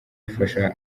ifasha